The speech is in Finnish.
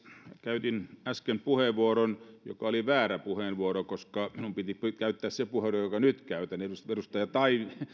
käytin äsken puheenvuoron joka oli väärä puheenvuoro koska minun piti käyttää se puheenvuoro jonka käytän nyt edustaja edustaja